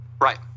right